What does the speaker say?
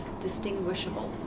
distinguishable